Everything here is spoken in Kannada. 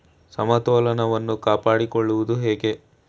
ಸಮತೋಲನವನ್ನು ಕಾಪಾಡಿಕೊಳ್ಳುವುದು ಹೇಗೆ?